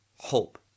hope